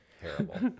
terrible